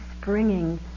springing